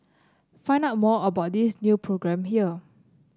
find out more about this new programme here